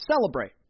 celebrate